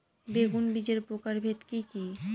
বেগুন বীজের প্রকারভেদ কি কী?